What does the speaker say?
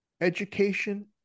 education